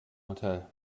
hotel